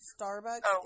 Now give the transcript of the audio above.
Starbucks